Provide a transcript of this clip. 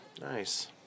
Nice